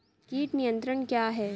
कीट नियंत्रण क्या है?